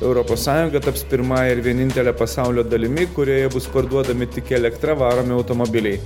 europos sąjunga taps pirmąja ir vienintele pasaulio dalimi kurioje bus parduodami tik elektra varomi automobiliai